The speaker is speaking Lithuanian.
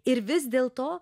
ir vis dėlto